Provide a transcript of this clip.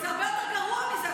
אבל זה הרבה יותר גרוע מזה,